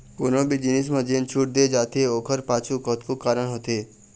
कोनो भी जिनिस म जेन छूट दे जाथे ओखर पाछू कतको कारन होथे